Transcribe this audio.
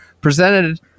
presented